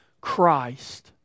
Christ